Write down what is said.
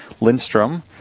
Lindstrom